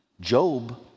Job